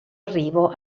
arrivo